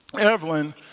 Evelyn